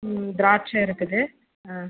ம் த்ராட்சை இருக்குது ஆன்